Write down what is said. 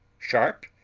sharp,